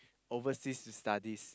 overseas studies